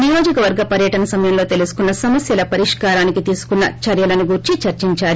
నియోజకవర్గ పర్యటన సమయంలో తెలుసుకున్న సమస్యల పరిష్కారానికి తీసుకున్న చర్యలను గూర్చి చర్చించారు